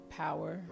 power